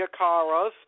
Acaras